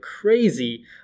crazy